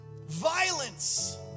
violence